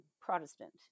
Protestant